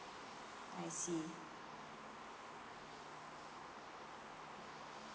I see